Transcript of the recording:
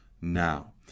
now